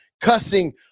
cussing